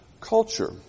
culture